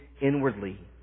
inwardly